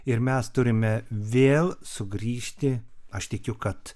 ir mes turime vėl sugrįžti aš tikiu kad